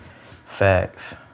Facts